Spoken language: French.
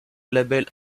label